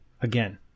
Again